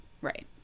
right